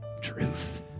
truth